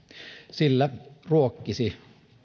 sillä ruokkisi